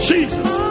Jesus